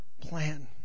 plan